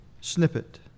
snippet